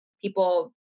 People